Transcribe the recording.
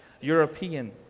European